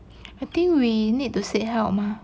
I think we need to seek help mah